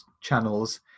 channels